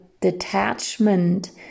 detachment